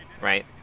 right